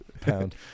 Pound